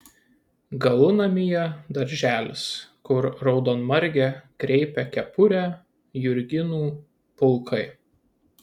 galunamyje darželis kur raudonmargę kreipia kepurę jurginų pulkai